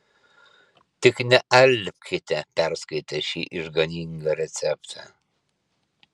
tik nealpkite perskaitę šį išganingą receptą